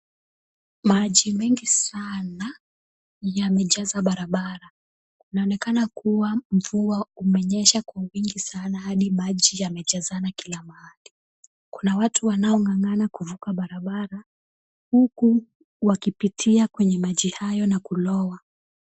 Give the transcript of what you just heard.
Maji mengi sana yamejaza barabara, kunaonekana kuwa mvua umenyesha kwa wingi sanahadi yamejazana kila mahali. Kuna watu wanaong'ang'ana kuvuka barabara huku wakipitia kwenye maji haya na kulowa.